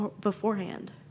beforehand